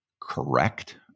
correct